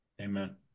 Amen